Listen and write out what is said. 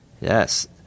Yes